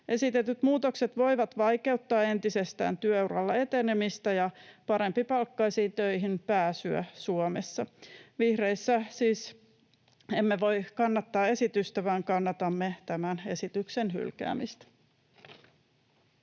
Esitetyt muutokset voivat vaikeuttaa entisestään työuralla etenemistä ja parempipalkkaisiin töihin pääsyä Suomessa. Vihreissä emme siis voi kannattaa esitystä, vaan kannatamme tämän esityksen hylkäämistä.